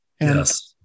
Yes